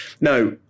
Now